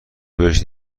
بهش